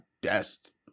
best